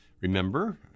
remember